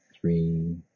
three